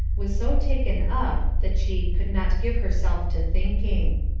was so taken up that she could not give herself to thinking.